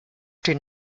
den